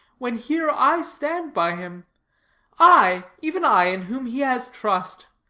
when here i stand by him i, even i, in whom he has trust.